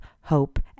hope